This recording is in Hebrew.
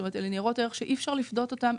אלה ניירות ערך שאי אפשר לפדות אותם,